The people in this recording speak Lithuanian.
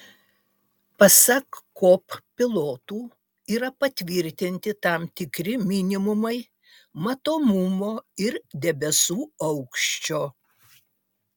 pasak kop pilotų yra patvirtinti tam tikri minimumai matomumo ir debesų aukščio